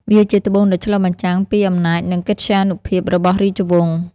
វាជាត្បូងដែលឆ្លុះបញ្ចាំងពីអំណាចនិងកិត្យានុភាពរបស់រាជវង្ស។